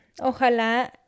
Ojalá